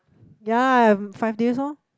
ya five days orh